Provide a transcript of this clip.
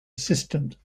assistant